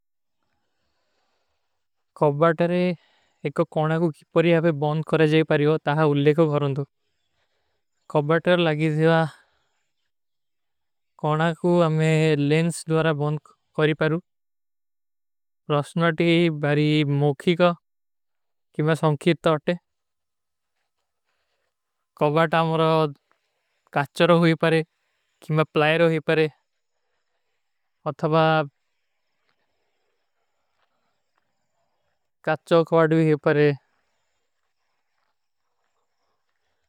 କୌବା ତରେ ଏକୋ କୌନା କୋ କିପରୀ ଆପେ ବଂଦ କରେ ଜାଈ ପାରୀ ହୋ, ତାହା ଉଲ୍ଲେ କୋ ଗରନ୍ଦୋ। କୌବା ତର ଲାଗୀ ଥିଵା କୌନା କୋ ଆମେ ଲେଂସ ଦ୍ଵାରା ବଂଦ କରୀ ପାରୂ। ପ୍ରସ୍ଣଵାଟୀ ବହରୀ ମୋଖୀ କା କିମା ସଂଖୀରତ ଆଟେ। କୌବା ତାମରା କାଚ୍ଚର ହୋ ହୀ ପାରେ, କିମା ପ୍ଲାଯର ହୋ ହୀ ପାରେ, ଅଥାବା କାଚ୍ଚୋ କୌଡ ଭୀ ହୀ ପାରେ।